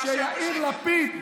ולכן אני רוצה להגיד לכם שיאיר לפיד,